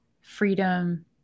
freedom